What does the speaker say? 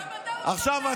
זמבורה, תעצרו את העולם.